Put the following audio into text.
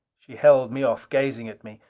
she held me off, gazing at me.